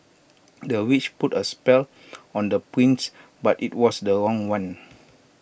the witch put A spell on the prince but IT was the wrong one